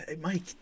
Mike